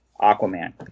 Aquaman